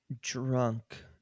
drunk